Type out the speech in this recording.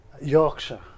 Yorkshire